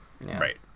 Right